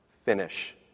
finish